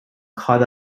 caught